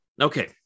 Okay